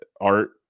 Art